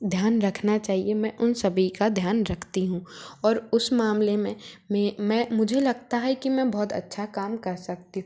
ध्यान रखना चाहिए मैं उन सभी का ध्यान रखती हूँ और उस मामले में मैं मुझे लगता है की मैं बहुत अच्छा काम कर सकती हूँ